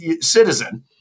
citizen